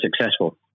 successful